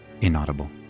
inaudible